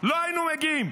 לא היינו מגיעים.